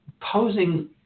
posing